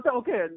okay